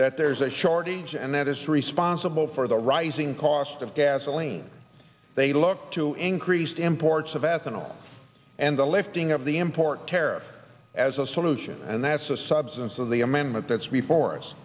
that there's a shortage and that is responsible for the rising cost of gasoline they look to increased imports of ethanol and the lifting of the import tariff as a solution and that's the substance of the amendment that's before us